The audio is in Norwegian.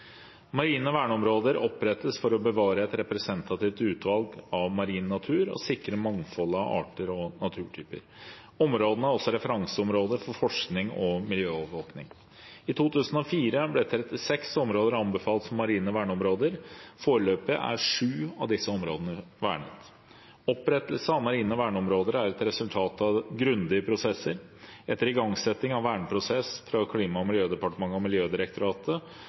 Marine verneområder opprettes for å bevare et representativt utvalg av marin natur og sikre mangfoldet av arter og naturtyper. Områdene er også referanseområder for forskning og miljøovervåking. I 2004 ble 36 områder anbefalt som marine verneområder. Foreløpig er sju av disse områdene vernet. Opprettelse av marine verneområder er et resultat av grundige prosesser. Etter igangsetting av en verneprosess fra Klima- og miljødepartementet og Miljødirektoratet